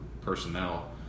personnel